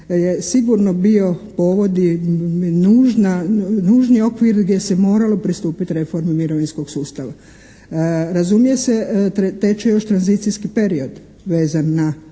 sigurno bio povod i nužni okvir gdje se moralo pristupiti reformi mirovinskog sustava. Razumije se teče još tranzicijski period vezan na